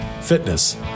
fitness